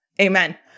Amen